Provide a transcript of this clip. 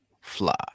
fly